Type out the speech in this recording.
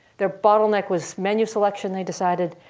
their bottleneck was menu selection they decided.